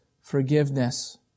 forgiveness